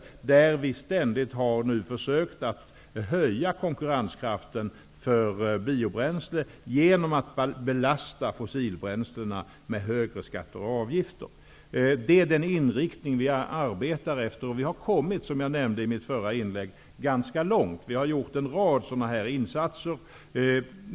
Vi har nu ständigt försökt höja konkurrenskraften för biobränslen genom att belasta fossila bränslen med högre skatter och avgifter. Det är den inriktning som vi arbetar efter. Vi har kommit, som jag nämnde förut, ganska långt. Vi har gjort en rad insatser.